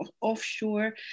offshore